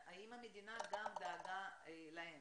האם המדינה גם דאגה להם?